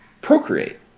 procreate